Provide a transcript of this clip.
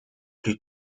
plus